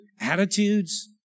attitudes